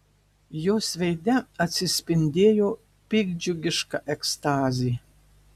jos veide atsispindėjo piktdžiugiška ekstazė